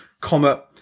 Comma